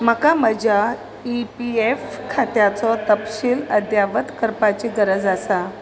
म्हाका म्हज्या E P F खात्याचो तपशील अद्यावत करपाची गरज आसा